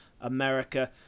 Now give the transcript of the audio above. America